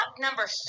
number